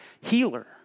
healer